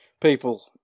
people